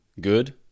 good